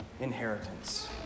inheritance